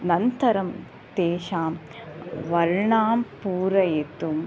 अनन्तरं तेषां वर्णान् पूरयितुं